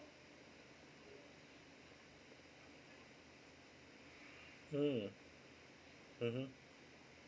mm mmhmm